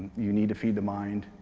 you need to feed the mind,